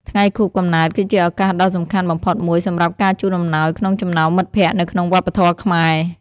ថ្ងៃខួបកំណើតគឺជាឱកាសដ៏សំខាន់បំផុតមួយសម្រាប់ការជូនអំណោយក្នុងចំណោមមិត្តភក្តិនៅក្នុងវប្បធម៌ខ្មែរ។